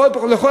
גר בבאר-שבע,